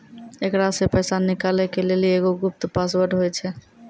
एकरा से पैसा निकालै के लेली एगो गुप्त पासवर्ड होय छै